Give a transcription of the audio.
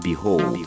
Behold